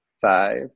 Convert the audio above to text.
Five